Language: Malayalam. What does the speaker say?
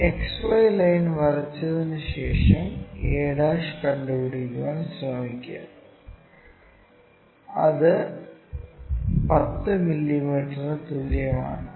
ഈ XY ലൈൻ വരച്ചതിനുശേഷം a കണ്ടുപിടിക്കാൻ ശ്രമിക്കുക അത് 10 മില്ലീമീറ്ററിന് തുല്യമാണ്